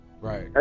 right